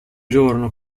giorno